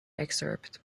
excerpt